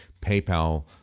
paypal